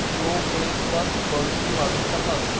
रोपेसवर बुरशी वाढू शकस